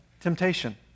temptation